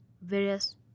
various